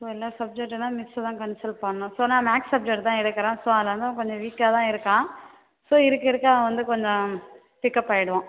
ஓ எல்லா சப்ஜெக்ட்டுனா மிஸ்ஸை தான் கன்சல் பண்ணும் ஸோ நான் மேக்ஸ் சப்ஜெக்ட் தான் எடுக்குகிறேன் ஸோ அதில் வந்து அவன் கொஞ்சம் வீக்காக தான் இருக்கான் ஸோ இருக்க இருக்க அவன் வந்து கொஞ்சம் பிக்அப் ஆகிடுவான்